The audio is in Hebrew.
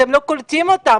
אתם לא קולטים אותם,